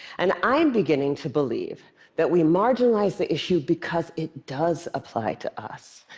and i am beginning to believe that we marginalize the issue because it does apply to us.